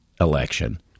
election